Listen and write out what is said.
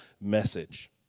message